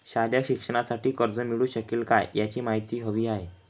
शालेय शिक्षणासाठी कर्ज मिळू शकेल काय? याची माहिती हवी आहे